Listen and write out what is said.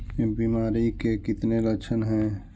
बीमारी के कितने लक्षण हैं?